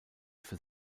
für